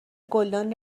گلدانی